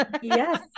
Yes